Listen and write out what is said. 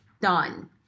done